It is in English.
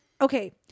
okay